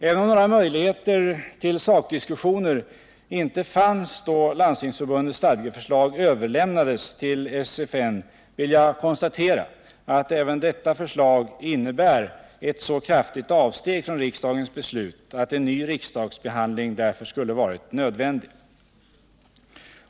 Även om några möjligheter till sakdiskussioner inte fanns då Landstingsförbundets stadgeförslag överlämnades till SFN, vill jag konstatera att även detta förslag innebär ett så kraftigt avsteg från riksdagens beslut att en ny riksdagsbehandling därför skulle varit nödvändig.